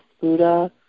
Buddha